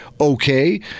okay